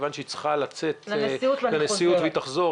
מכיוון שהיא צריכה לצאת לנשיאות והיא תחזור,